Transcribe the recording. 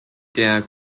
der